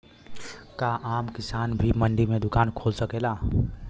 का आम किसान भी मंडी में दुकान खोल सकेला?